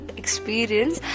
experience